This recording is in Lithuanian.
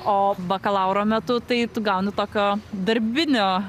o bakalauro metu tai tu gauni tokio darbinio